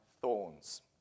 thorns